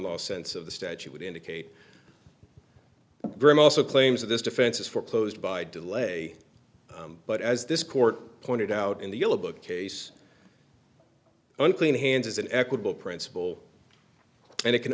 law sense of the statute would indicate very most of claims that this defense is foreclosed by delay but as this court pointed out in the yellow book case unclean hands as an equitable principle and it can